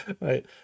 right